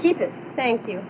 keep it thank you